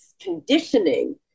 conditioning